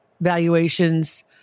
valuations